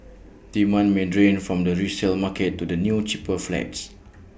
demand may drain from the resale market to the new cheaper flats